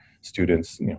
students